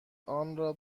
آنرا